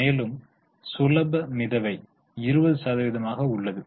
மேலும் சுலப மிதவை 20 சதவீதமாக உள்ளது